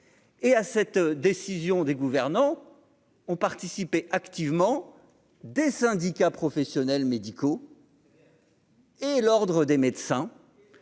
et à cette décision des gouvernants ont participé activement des syndicats professionnels médicaux. Et l'Ordre des médecins